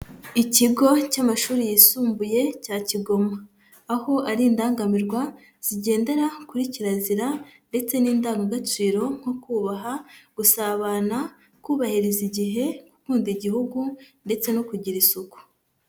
Ikigo cy'amashuri yisumbuye cya Kigoma, aho ari indangamirwa zigendera kuri kirazira ndetse n'indangagaciro nko kubaha, gusabana, kubahiriza igihe, gukunda igihugu ndetse no kugira isuku.